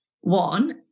one